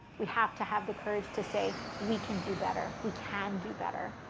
we have to have the courage to say, we can do better. we can do better.